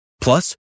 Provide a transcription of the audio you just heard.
Plus